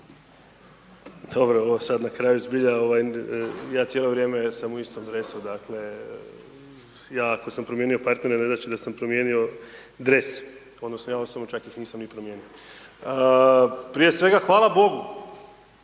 Dobro, ovo sad na kraju zbilja, ja cijelo vrijeme sam u istom dresu, dakle ja ako sam promijenio partnera, ne znači da sam promijenio dres odnosno ja osobno čak ih nisam ni promijenio. Prije svega, hvala bogu